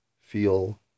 feel